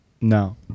No